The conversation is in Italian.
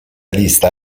lista